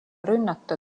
rünnata